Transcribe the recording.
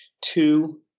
Two